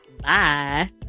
Bye